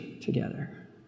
together